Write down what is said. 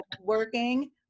working